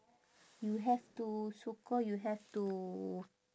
you have to so call you have to